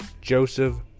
Joseph